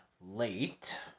late